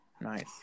Nice